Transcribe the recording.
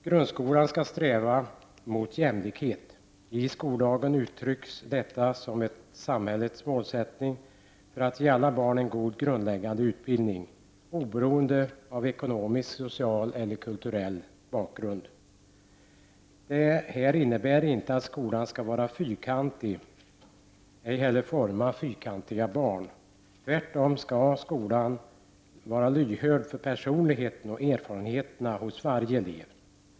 Grundskolan skall sträva mot jämlikhet. I skollagen uttrycks detta som att samhällets målsättning är att ge alla barn en god grundläggande utbildning — oberoende av ekonomisk, social och kulturell bakgrund. Det här innebär inte att skolan skall vara fyrkantig, ej heller forma ”fyrkantiga barn”. Tvärtom skall skolan vara lyhörd för personligheten och erfarenheterna hos varje elev.